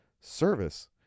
service